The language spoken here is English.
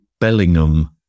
Bellingham